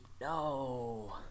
no